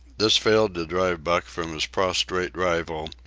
this failed to drive buck from his prostrate rival,